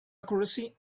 accuracy